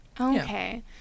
okay